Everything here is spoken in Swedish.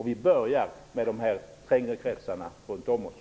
Vi börjar med de trängre kretsarna runt om oss.